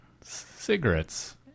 Cigarettes